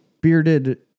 Bearded